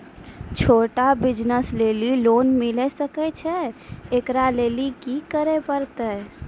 छोटा बिज़नस लेली लोन मिले सकय छै? एकरा लेली की करै परतै